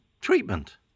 treatment